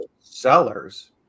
sellers